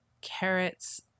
carrots